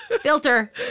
Filter